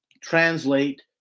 translate